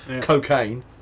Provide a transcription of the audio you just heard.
cocaine